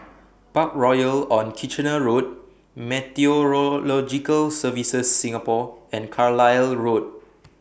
Parkroyal on Kitchener Road Meteorological Services Singapore and Carlisle Road